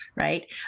right